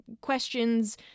questions